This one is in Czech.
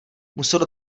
muselo